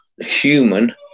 human